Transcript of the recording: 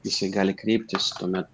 jisai gali kreiptis tuome